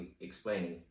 explaining